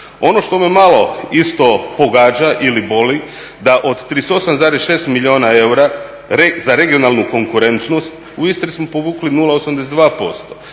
Ono što me malo isto pogađa ili boli, da od 38,6 milijuna eura za regionalnu konkurentnost u Istri smo povukli 0,82%,